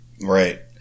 Right